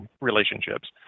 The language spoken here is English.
relationships